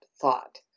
thought